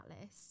list